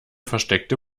versteckte